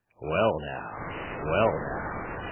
well, now, well, now,